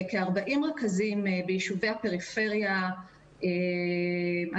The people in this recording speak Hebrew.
כ-40 רכזים ביישובי הפריפריה היהודים,